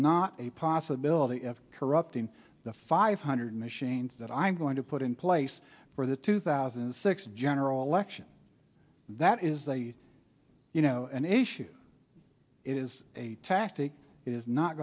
not a possibility of corrupting the five hundred machines that i'm going to put in place for the two thousand and six general election that is a you know an issue is a tactic is not